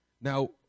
Now